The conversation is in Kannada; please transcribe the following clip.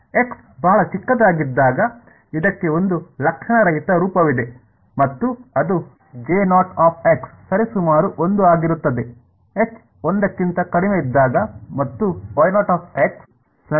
X ಬಹಳ ಚಿಕ್ಕದಾಗಿದ್ದಾಗ ಇದಕ್ಕೆ ಒಂದು ಲಕ್ಷಣರಹಿತ ರೂಪವಿದೆ ಮತ್ತು ಅದು ಸರಿಸುಮಾರು 1 ಆಗಿರುತ್ತದೆ x 1 ಕ್ಕಿಂತ ಕಡಿಮೆ ಇದ್ದಾಗ ಮತ್ತು ಸರಿಸುಮಾರು ಆಗಿರುತ್ತದೆ